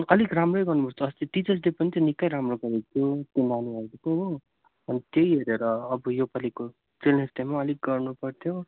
अलिक राम्रो गर्नु पर्छ अस्ति टिचर डे पनि त निकै राम्रो गरेको थियो त्यही हेरेर अब यो पालिको चिल्ड्रेन डेमा पनि अलिक गर्नु पर्थ्यो